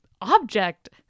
object